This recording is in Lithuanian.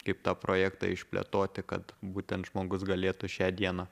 kaip tą projektą išplėtoti kad būtent žmogus galėtų šią dieną